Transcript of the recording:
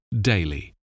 daily